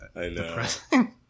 depressing